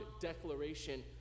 declaration